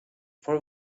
for